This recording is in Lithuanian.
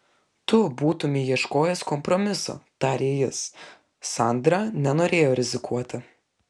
tu būtumei ieškojęs kompromiso tarė jis sandra nenorėjo rizikuoti